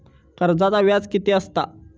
कर्जाचा व्याज कीती असता?